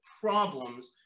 problems